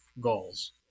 goals